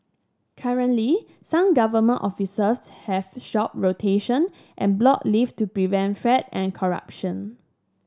currently some government offices have job rotation and block leave to prevent fraud and corruption